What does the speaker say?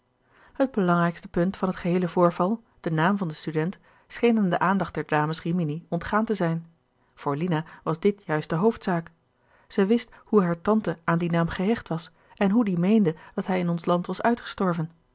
het belangrijkste punt van het geheele voorval de naam van den student scheen aan de aandacht der dames rimini ontgaan te zijn voor lina was dit juist de hoofdzaak zij wist hoe hare tante aan dien naam gehecht was en hoe die meende dat hij in ons land was uitgestorven